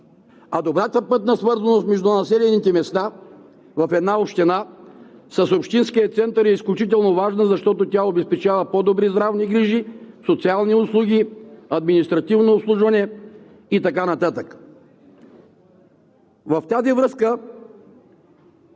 Добрата пътна свързаност между населените места в една община с общинския център е изключително важна, защото тя обезпечава по-добри здравни грижи, социални услуги, административно обслужване и така нататък. В тази връзка